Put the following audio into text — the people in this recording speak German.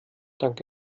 dank